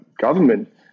government